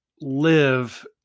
live